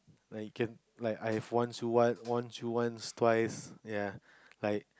like you can like I have one to one one to once twice ya like